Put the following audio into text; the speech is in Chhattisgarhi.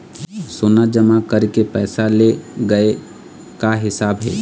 सोना जमा करके पैसा ले गए का हिसाब हे?